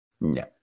No